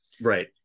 Right